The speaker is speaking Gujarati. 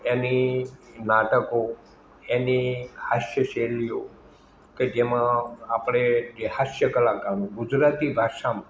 એની નાટકો એની હાસ્યશૈલીઓ કે જેમાં આપણે જે હાસ્ય કલાકારો ગુજરાતી ભાષામાં